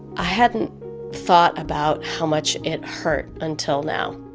i hadn't thought about how much it hurt until now,